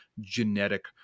genetic